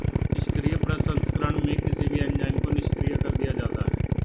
निष्क्रिय प्रसंस्करण में किसी भी एंजाइम को निष्क्रिय कर दिया जाता है